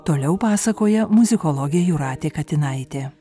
toliau pasakoja muzikologė jūratė katinaitė